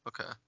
Okay